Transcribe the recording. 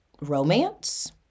romance